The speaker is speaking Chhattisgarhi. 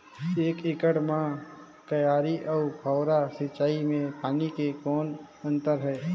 एक एकड़ म क्यारी अउ फव्वारा सिंचाई मे पानी के कौन अंतर हे?